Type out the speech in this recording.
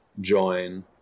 join